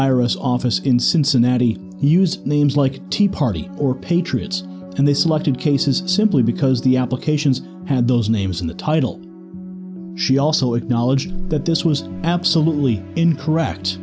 iris office in cincinnati use names like tea party or patriots and they selected cases simply because the applications had those names in the title she also acknowledged that this was absolutely incorrect